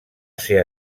ser